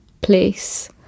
place